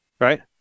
right